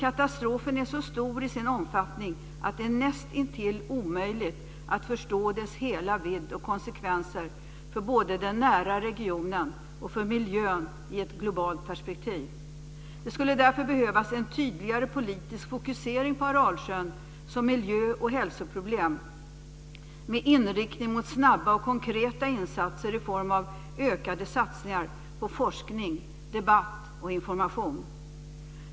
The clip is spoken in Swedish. Katastrofen är så stor till sin omfattning att det är nästintill omöjligt att förstå dess hela vidd och konsekvenser för både den nära regionen och för miljön i ett globalt perspektiv. Det skulle därför behövas en tydligare politisk fokusering på Aralsjön som miljö och hälsoproblem samt snabba och konkreta insatser i form av ökade satsningar på forskning, debatt och information.